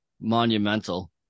monumental